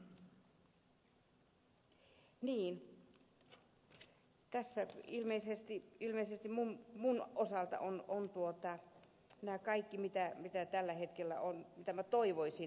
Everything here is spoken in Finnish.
niin tässä ilmeisesti minun osaltani on kaikki mikä ei tällä hetkellä on mitä toivoisin